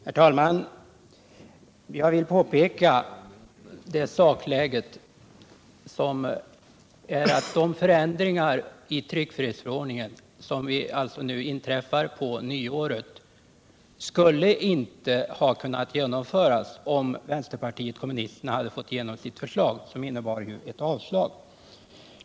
Herr talman! Jag vill påpeka att de förändringar i tryckfrihetsförordningen som inträffar på nyåret inte skulle kunna ha genomförts om vänsterpartiet kommunisterna hade fått igenom sitt förslag, som ju innebar ett avstyrkande.